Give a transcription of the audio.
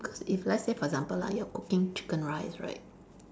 because if let's say for example lah you're cooking chicken rice right